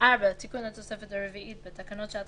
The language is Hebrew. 4. תיקון לתוספת הרביעית בתקנות שעת